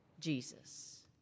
Jesus